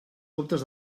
comtes